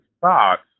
thoughts